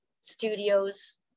studios